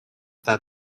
that